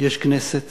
יש כנסת